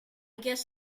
guess